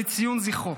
לציון זכרו.